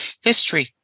History